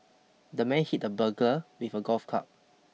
the man hit the burglar with a golf club